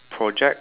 project